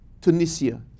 Tunisia